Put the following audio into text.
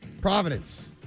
Providence